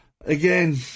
Again